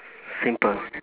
simple